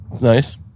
Nice